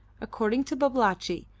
according to babalatchi,